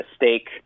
mistake